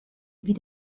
wie